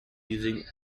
using